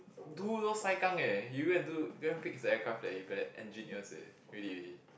do those sai kang eh you go and do you go and fix the aircraft that you'll be like engineers eh really really